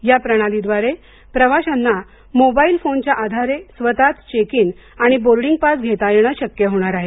या प्रणालीद्वारे प्रवाशांना मोबाईल फोनच्या आधारे स्वतःच चेक इन आणि बोर्डिंग पास घेता येणं शक्य होणार आहे